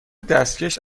دستکش